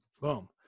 boom